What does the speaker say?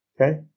okay